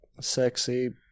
sexy